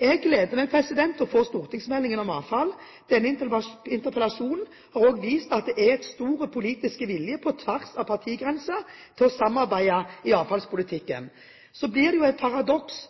Jeg gleder meg til å få stortingsmeldingen om avfall. Denne interpellasjonen har også vist at det er stor politisk vilje til på tvers av partigrenser å samarbeide i avfallspolitikken. Så blir det jo et paradoks